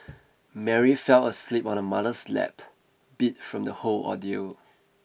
Mary fell asleep on her mother's lap beat from the whole ordeal